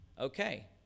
Okay